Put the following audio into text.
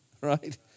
right